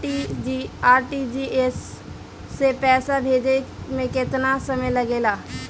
RTGS से पैसा भेजे में केतना समय लगे ला?